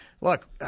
look